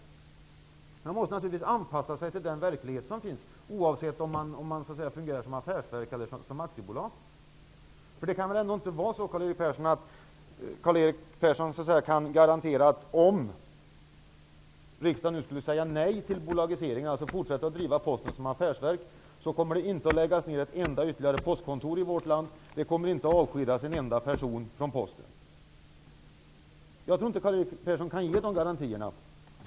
Posten måste naturligtvis anpassa sig till den verklighet som finns, oavsett om man fungerar som affärsverk eller som aktiebolag. Karl-Erik Persson kan väl ändå inte garantera att inte ett enda ytterligare postkontor kommer att läggas ner i vårt land och att inte en enda person kommer att avskedas från Posten om riksdagen nu skulle säga nej till en bolagisering och Posten alltså skulle fortsätta att drivas som affärsverk? Jag tror inte att Karl-Erik Persson kan ge de garantierna.